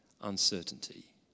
uncertainty